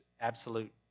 absolute